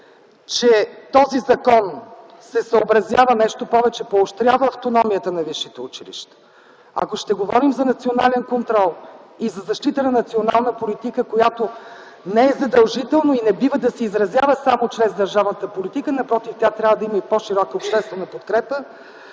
че този закон се съобразява, нещо повече – поощрява автономията на висшето училище, ако ще говорим за национален контрол и за защита на национална политика, която не е задължително и не бива да се изразява само чрез държавната политика - напротив, тя трябва да има по-широка обществена подкрепа,